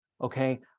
Okay